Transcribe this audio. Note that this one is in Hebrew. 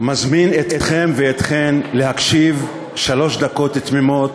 מזמין אתכם ואתכן להקשיב שלוש דקות תמימות